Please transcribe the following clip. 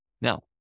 Now